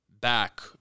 back